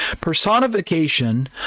Personification